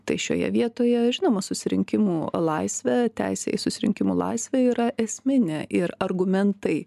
tai šioje vietoje žinoma susirinkimų laisvė teisė į susirinkimų laisvę yra esminė ir argumentai